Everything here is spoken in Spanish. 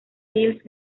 girls